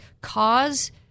cause